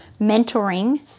Mentoring